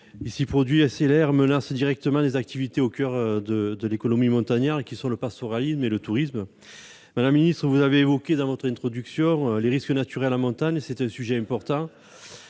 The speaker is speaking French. climatique, qui menace directement les activités au coeur de l'économie montagnarde que sont le pastoralisme et le tourisme. Madame la ministre, vous avez évoqué dans votre introduction les risques naturels en montagne. Il s'agit d'un sujet important